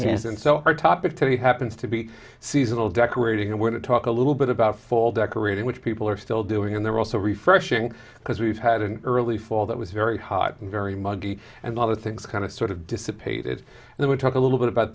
yes and so our topic today happens to be seasonal decorating and went to talk a little bit about fall decorating which people are still doing and they're also refreshing because we've had an early fall that was very hot and very muggy and other things kind of sort of dissipated and we talk a little about